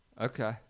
Okay